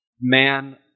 man